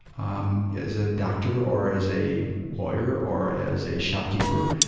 um as a doctor or as a lawyer or as a shopkeeper,